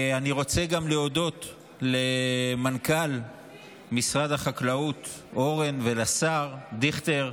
אני רוצה להודות גם למנכ"ל משרד החקלאות אורן ולשר דיכטר,